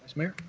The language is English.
mayor.